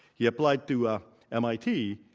he applied to ah mit,